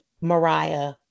Mariah